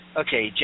okay